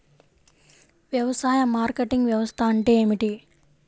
వ్యవసాయ మార్కెటింగ్ వ్యవస్థ అంటే ఏమిటి?